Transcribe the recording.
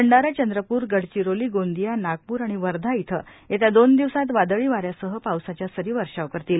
भंडारा चंद्रपूर गडचिरोली गोंदिया नागपूर आणि वर्धा इथं येत्या दोन दिवसात वादळी वाऱ्यासह पावसाच्या सरी वर्षाव करतील